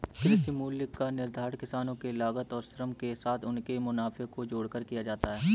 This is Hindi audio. कृषि मूल्य का निर्धारण किसानों के लागत और श्रम के साथ उनके मुनाफे को जोड़कर किया जाता है